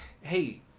hey